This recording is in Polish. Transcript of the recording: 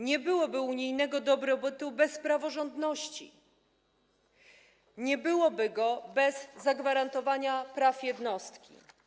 Nie byłoby unijnego dobrobytu bez praworządności, nie byłoby go bez zagwarantowania praw jednostki.